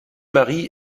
mari